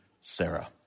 Sarah